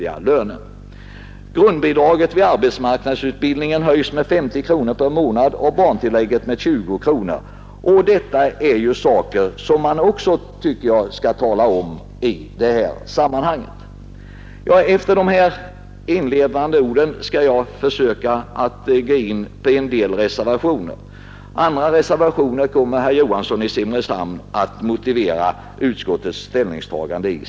Grundbidraget vid arbetsmarknadsutbildning har föreslagits höjt med 50 kronor per månad och barntillägget med 20 kronor per månad. Även detta är förslag som jag tycker bör nämnas i detta sammanhang. Efter dessa inledande ord skall jag beröra en del av reservationerna; när det gäller andra punkter som föranlett reservationer kommer herr Johansson i Simrishamn senare i debatten att motivera utskottets ställningstagande.